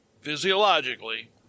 physiologically